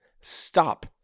stop